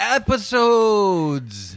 episodes